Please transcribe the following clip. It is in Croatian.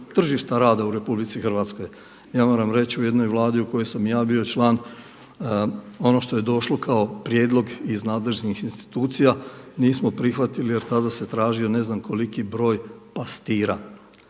tržišta rada u RH. Ja moram reći u jednoj Vladi u kojoj sam i ja bio član ono što je došlo kao prijedlog iz nadležnih institucija nismo prihvatili jer tada se tražio ne znam koliki broj pastira